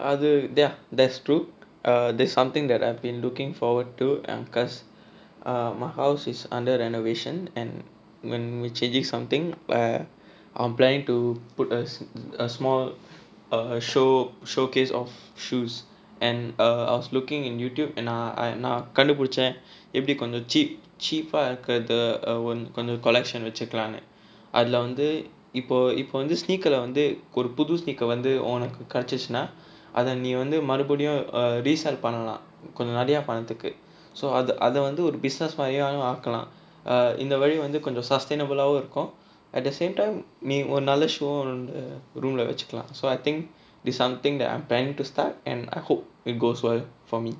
அது:athu ya that's true ah that's something that I've been looking forward to um because my house is under renovation and we're changing something I'm planning to put uh small uh show showcase of shoes and uh I was looking in YouTube and நா கண்டுபிடிச்சேன் எப்படி கொஞ்ச:naa kandupudichaen eppadi konja cheap cheap இருக்குறது கொஞ்ச:irukkurathu konja collection வச்சுக்கலானு அதுல வந்து இப்போ இப்ப வந்து:vacchukkalaanu athula vanthu ippo ippa vanthu sneaker வந்து ஒரு புது:vanthu oru puthu sneaker வந்து உனக்கு கிடைச்சுச்சுனா அத நீ வந்து மறுபடியும்:vanthu unakku kidaichuchunaa atha nee vanthu marubadiyum resale பண்ணலாம் கொஞ்ச நிறையா பணத்துக்கு:pannalaam konja niraiyaa panathukku so அத அத வந்து ஒரு:atha atha vanthu oru business மாறியும் ஆக்கலாம் இந்த வழி வந்து கொஞ்ச:maariyum aakkalaam intha vali vanthu konja sustainable ஆவும் ஆக்கலாம்:aavum aakkalaam at the same time நீ ஒரு நல்ல:nee oru nalla shoe room lah வச்சுக்கலாம்:vachukkalaam so I think there is something happen to start and hope it goes for me